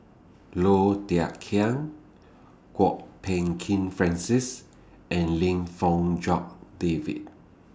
Low Thia Khiang Kwok Peng Kin Francis and Lim Fong Jock David